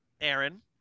Aaron